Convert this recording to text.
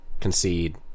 concede